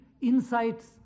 insights